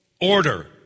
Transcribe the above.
order